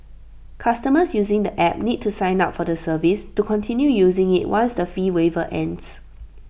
customers using the app need to sign up for the service to continue using IT once the fee waiver ends